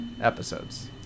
episodes